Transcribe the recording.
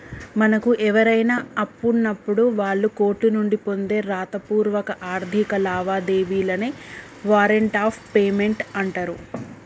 మనకు ఎవరైనా అప్పున్నప్పుడు వాళ్ళు కోర్టు నుండి పొందే రాతపూర్వక ఆర్థిక లావాదేవీలనే వారెంట్ ఆఫ్ పేమెంట్ అంటరు